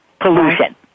pollution